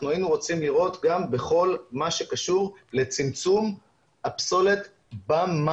אנחנו היינו רוצים לראות גם בכל מה שקשור לצמצום הפסולת במקור.